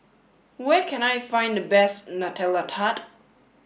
where can I find the best Nutella Tart